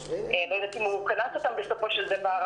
לא יודעת אם הוא קנס אותם בסופו של דבר,